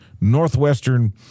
Northwestern